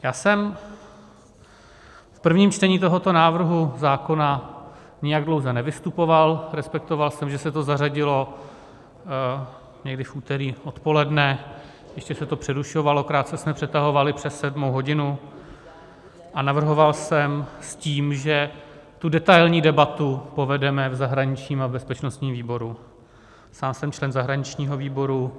Já jsem v prvním čtení tohoto návrhu zákona nijak dlouze nevystupoval, respektoval jsem, že se to zařadilo někdy v úterý odpoledne, ještě se to přerušovalo, krátce jsme přetahovali přes sedmou hodinu, a navrhoval jsem s tím, že tu detailní debatu povedeme v zahraničním a bezpečnostním výboru, sám jsem člen zahraničního výboru.